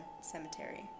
cemetery